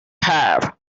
have